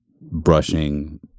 brushing